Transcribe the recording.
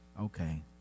Okay